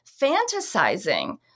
fantasizing